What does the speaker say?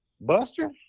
Buster